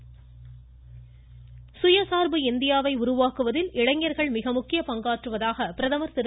மமமமம பிரதமர் சுயசார்பு இந்தியாவை உருவாக்குவதில் இளைஞர்கள் மிக முக்கிய பங்காற்றுவதாக பிரதமர் திரு